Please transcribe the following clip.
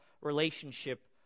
relationship